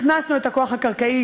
הכנסנו את הכוח הקרקעי